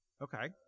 Okay